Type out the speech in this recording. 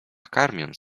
karmiąc